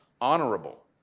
honorable